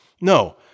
No